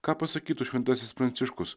ką pasakytų šventasis pranciškus